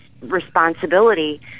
responsibility